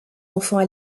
enfants